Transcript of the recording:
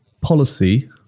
policy